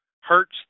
hurts